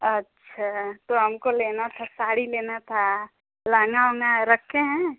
अच्छा तो हमको लेना था साड़ी लेना था लहंगा उहंगा रखे हैं